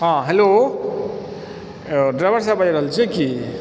हँ hello driver साहब बोलि रहल छियै कि